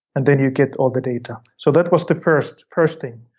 and then you get all the data. so that was the first first thing.